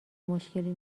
مشکلی